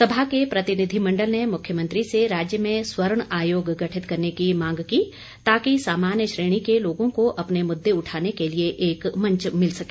सभा के प्रतिनधिमंडल ने मुख्यमंत्री से राज्य में स्वर्ण आयोग गठित करने की मांग की ताकि सामान्य श्रेणी के लोगों को अपने मुद्दे उठाने के लिए एक मंच मिल सके